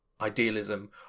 idealism